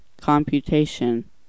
computation